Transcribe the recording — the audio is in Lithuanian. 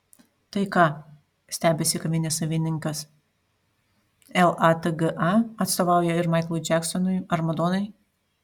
tai ką stebisi kavinės savininkas latga atstovauja ir maiklui džeksonui ar madonai